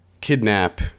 kidnap